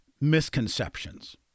misconceptions